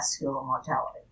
mortality